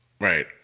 right